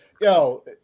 yo